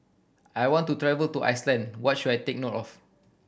I want to travel to Iceland what should I take note of